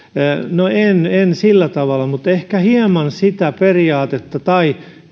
no en sillä tavalla mutta ehkä hieman sitä periaatetta tai